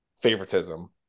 favoritism